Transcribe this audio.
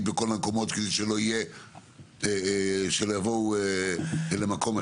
בכל המקומות כדי שלא יבואו למקום אחד.